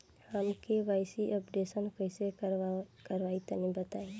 हम KYC updation कइसे करवाई तनि बताई?